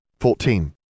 Fourteen